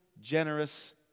generous